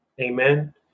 Amen